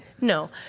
No